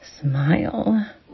smile